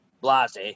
blase